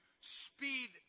speed